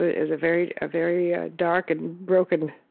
it was a very ah very ah dark and broken